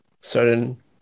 certain